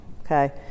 okay